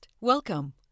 welcome